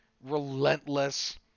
relentless